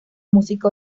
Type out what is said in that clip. música